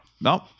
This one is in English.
no